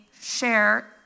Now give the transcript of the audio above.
share